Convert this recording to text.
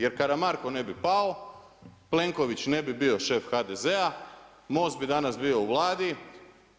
Jer Karamarko ne bi pao, Plenković ne bi bio šef HDZ-a, MOST bi danas bio u Vladi,